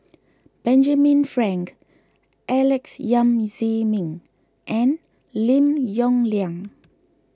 Benjamin Frank Alex Yam Ziming and Lim Yong Liang